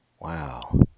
Wow